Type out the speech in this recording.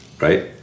Right